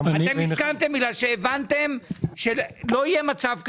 אתם הסכמתם בגלל שהבנתם שלא יהיה מצב כזה,